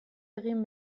egin